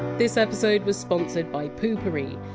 this episode was sponsored by poo pourri,